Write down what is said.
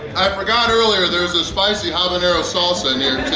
i forgot earlier there's a spicy habanero salsa in here